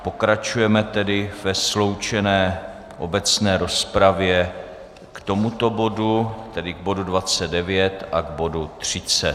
Pokračujeme tedy ve sloučené obecné rozpravě k tomuto bodu, tedy k bodu 29 a k bodu 30.